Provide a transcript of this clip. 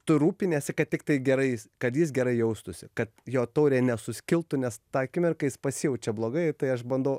tu rūpiniesi kad tiktai gerais kad jis gerai jaustųsi kad jo taurė nesuskiltų nes tą akimirką jis pasijaučia blogai tai aš bandau